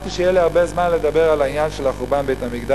חשבתי שיהיה לי הרבה זמן לדבר על העניין של חורבן בית-המקדש